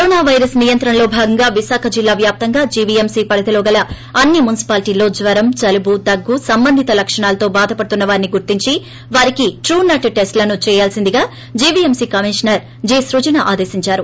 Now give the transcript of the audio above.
corona virus నియంత్రణ లో భాగంగా విశాఖ జిల్లా వ్యాప్తంగా జివిఎంసి పరిధిలో గల అన్ని మునిసిపాలటీల్లో జ్వరం జలుబు దగ్గు సంబంధిత లక్షణాలతో బాధ పడుతున్న వారిని గుర్తించి వారికి ట్రూ నట్ టెస్ల్ లను చేయాల్పిందిగా GVMC commissioner G Srujana ఆదేశిందారు